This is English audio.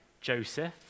Joseph